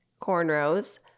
cornrows